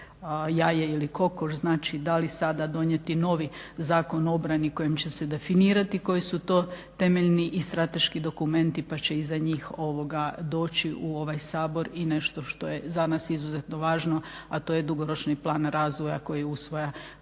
da li sada donijeti novi Zakon o obrani kojim će se definirati koji su to temeljni i strateški dokumenti pa će iza njih doći u ovaj Sabor nešto što je za nas izuzetno važno, a to je dugoročni plan razvoja koji usvaja